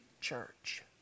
church